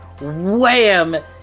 wham